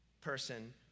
person